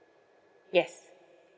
yes